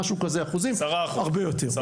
שזה הרבה יותר.